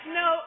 no